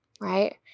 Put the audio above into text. right